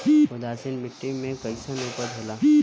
उदासीन मिट्टी में कईसन उपज होला?